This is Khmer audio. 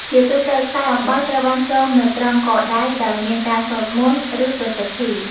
ជាទូទៅ ខ្សែអំបោះត្រូវបានចងនៅត្រង់ កដៃ ដោយមានការសូត្រមន្ត ឬប្រសិទ្ធី។